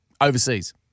Overseas